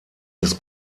des